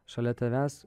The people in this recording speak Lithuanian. šalia tavęs